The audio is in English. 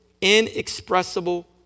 inexpressible